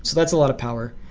so that's a lot of power.